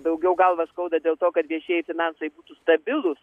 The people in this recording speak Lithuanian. daugiau galvą skauda dėl to kad viešieji finansai būtų stabilūs